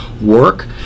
work